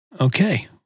okay